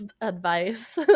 advice